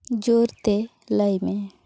ᱡᱳᱨᱛᱮ ᱞᱟᱹᱭᱢᱮ